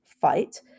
fight